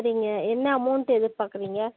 சரிங்க என்ன அமௌண்ட்டு எதிர்பாக்குறிங்க